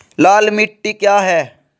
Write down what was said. लाल मिट्टी क्या है?